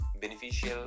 beneficial